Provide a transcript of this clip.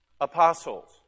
apostles